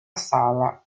sala